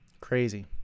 crazy